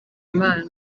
imana